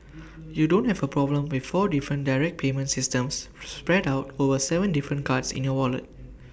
you don't have A problem with four different direct payment systems spread out over Seven different cards in your wallet